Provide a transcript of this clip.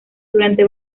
durante